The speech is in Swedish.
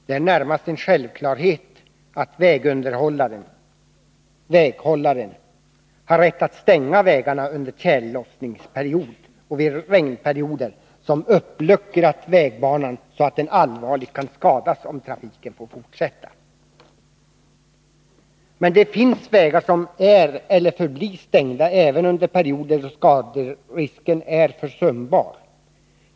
Det är närmast en självklarhet att vägunderhållarenväghållaren har rätt att stänga vägarna under tjällossningsperiod och vid regnperioder som uppluckrat vägbanan så mycket att den allvarligt kan skadas om trafiken får fortsätta. Men det finns vägar som förblir stängda även under perioder då skaderisken är försumbar.